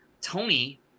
tony